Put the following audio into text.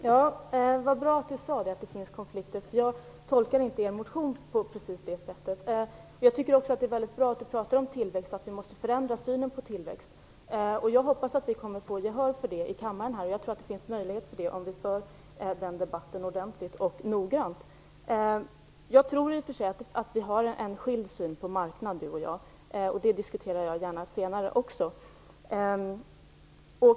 Herr talman! Det var bra att Lennart Fremling sade att det finns konflikter. Jag tolkar inte er motion på precis det sättet. Jag tycker också att det är mycket bra att Lennart Fremling pratar om tillväxt och att vi måste förändra synen på tillväxt. Jag hoppas att vi kommer att få gehör för det här i kammaren. Jag tror att det finns möjligheter till det om vi för den debatten ordentligt och noggrant. Jag tror i och för sig att Lennart Fremling och jag har olika syn på marknaden. Det diskuterar jag gärna senare också.